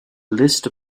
list